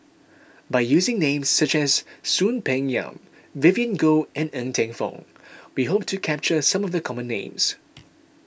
by using names such as Soon Peng Yam Vivien Goh and Ng Teng Fong we hope to capture some of the common names